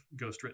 ghostwritten